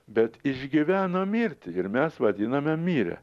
bet išgyveno mirtį ir mes vadiname mirė